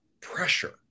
pressure